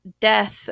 death